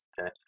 okay